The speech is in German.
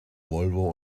volvo